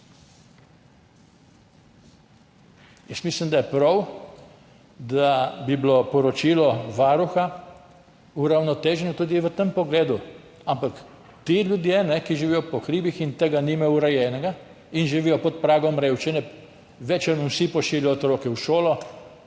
nič. Mislim, da je prav, da bi bilo poročilo Varuha uravnoteženo tudi v tem pogledu, ampak ti ljudje, ki živijo po hribih in tega nimajo urejenega in živijo pod pragom revščine, bolj ali manj vsi pošiljajo otroke v šolo